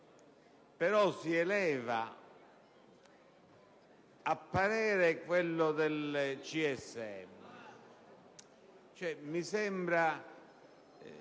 però si eleva a parere quello del CSM. Mi sembra